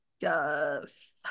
Yes